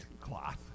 cloth